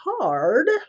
card